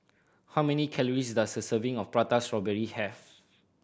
how many calories does a serving of Prata Strawberry have